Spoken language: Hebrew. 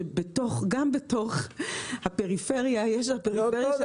שגם בתוך הפריפריה יש את הפריפריה של הפריפריה.